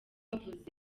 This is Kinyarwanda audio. avuze